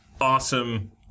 awesome